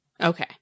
Okay